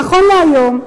נכון להיום,